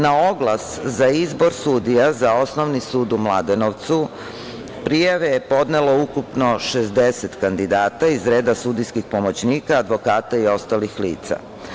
Na oglas za izbor sudija za Osnovni sud u Mladenovcu, prijave je podnelo ukupno 60 kandidata iz reda sudijskih pomoćnika, advokata i ostalih lica.